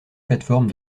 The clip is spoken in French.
plateformes